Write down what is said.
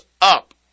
up